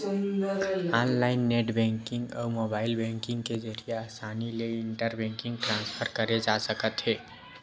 online net banking अउ mobile banking के जरिए असानी ले इंटर बेंकिंग ट्रांसफर करे जा सकत हे